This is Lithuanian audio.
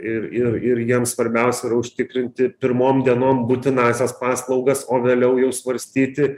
ir ir ir jiems svarbiausia yra užtikrinti pirmom dienom būtinąsias paslaugas o vėliau jau svarstyti